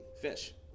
Fish